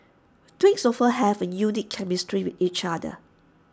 twins often have A unique chemistry with each other